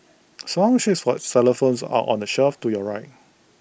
song sheets for xylophones are on the shelf to your right